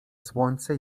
słońce